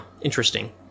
interesting